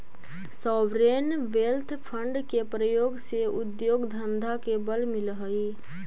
sovereign wealth fund के प्रयोग से उद्योग धंधा के बल मिलऽ हई